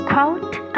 Quote